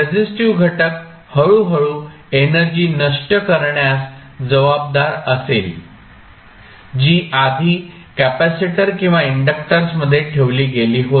resistive घटक हळूहळू energy नष्ट करण्यास जबाबदार असेल जी आधी कॅपेसिटर किंवा इंडक्टर्स मध्ये ठेवली गेली होती